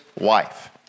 wife